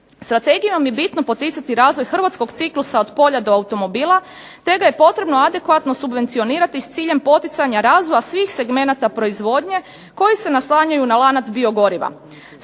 Strategijom je bitno poticati razvoj hrvatskog ciklusa od polja do automobila te da je potrebno adekvatno subvencionirati s ciljem poticanja razvoja svih segmenata proizvodnje koji se naslanjaju na lanac biogoriva.